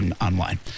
online